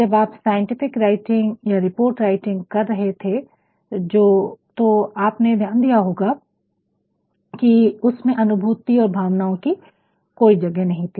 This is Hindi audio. जब आप साइंटिफिक राइटिंग या रिपोर्ट राइटिंग कर रहे थे तो आपने ध्यान दिया होगा कि उसमें अनुभूति और भावनाओं की कोई जगह नहीं थी